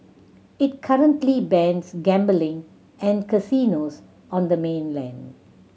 it currently bans gambling and casinos on the mainland